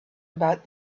about